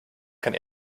kann